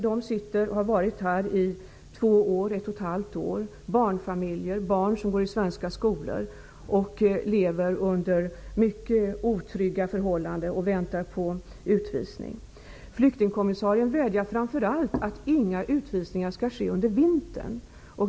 De har varit här i ett och ett halvt år. En del består av barnfamiljer med barn som går i svenska skolor. De lever under mycket otrygga förhållanden i väntan på utvisning. Flyktingkommissarien vädjar framför allt om att inga utvisningar skall ske under vintern.